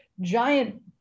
giant